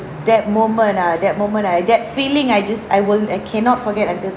that moment ah that moment ah that feeling I just I won't I cannot forget until